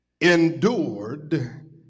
endured